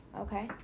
okay